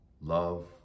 love